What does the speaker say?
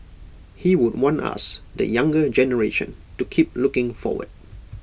he would want us the younger generation to keep looking forward